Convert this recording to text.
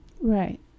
right